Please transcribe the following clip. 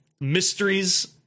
mysteries